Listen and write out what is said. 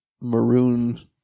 maroon